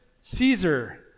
Caesar